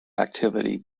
activity